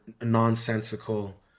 nonsensical